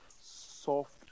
soft